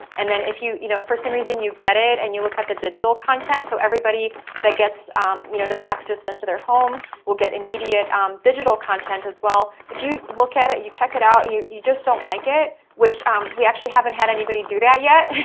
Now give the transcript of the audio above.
and then if you know for some reason you get it and you look at the digital content, so everybody that gets you know the packages sent to their home will get immediate digital content as well. if you look at it, you check it out, you you just don't like it, which we actually haven't had anybody do that yet,